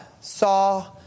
saw